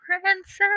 Princess